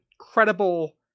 incredible